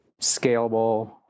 scalable